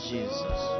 Jesus